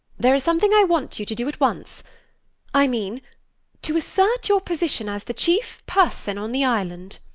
there is something i want you to do at once i mean to assert your position as the chief person on the island.